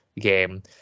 game